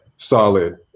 solid